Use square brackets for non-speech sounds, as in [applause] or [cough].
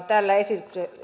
[unintelligible] tällä